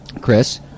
Chris